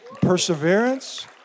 perseverance